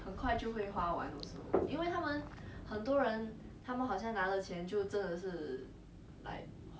did jun tng tell you about the three keyboard thingy he bought